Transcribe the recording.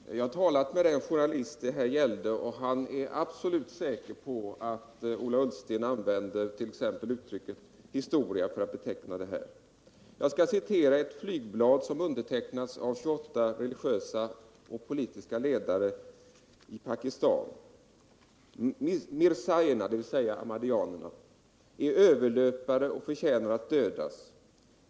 Herr talman! Jag har talat med den journalist det här gällde, och han är absolut säker på att Ola Ullsten använde uttrycket ”historia” för att Jag skall citera från ett flygblad som undertecknats av 28 religiösa Torsdagen den och politiska ledare i Pakistan: ”Mirzaierna” — dvs. ahmadiyyanerna — 15 december 1977 ”är överlöpare och förtjänar att dödas.